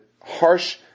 harsh